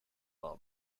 mum